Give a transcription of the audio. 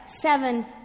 seven